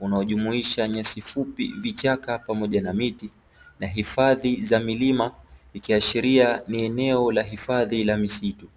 unaojumuisha nyasi fupi, vichaka pamoja na miti na hifadhi za milima ikiashiria ni eneo la hifadhi la misitu.